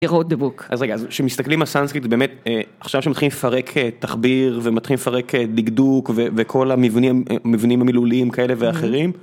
אז רגע, כשמסתכלים על סנסקריט, באמת, עכשיו שמתחילים לפרק תחביר ומתחילים לפרק דקדוק וכל המבנים המילוליים כאלה ואחרים.